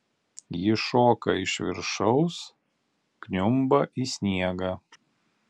ji šoka iš viršaus kniumba į sniegą